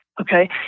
okay